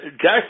jack